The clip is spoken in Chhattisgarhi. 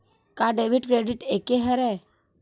का डेबिट क्रेडिट एके हरय?